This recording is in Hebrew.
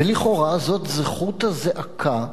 ולכאורה זאת זכות הזעקה.